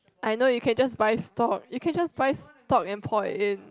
I know you can just buy stock you can just buy stock and pour it in